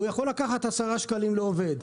הוא יכול לקחת 10 שקלים לעובד.